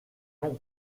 long